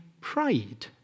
pride